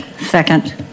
Second